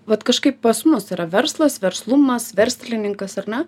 vat kažkaip pas mus yra verslas verslumas verslininkas ar ne